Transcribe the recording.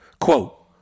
Quote